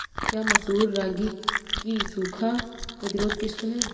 क्या मसूर रागी की सूखा प्रतिरोध किश्त है?